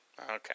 Okay